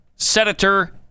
Senator